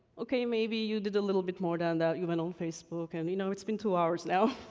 okay, maybe you did a little bit more than that. you went on facebook, and, you know, it's been two hours now.